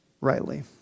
rightly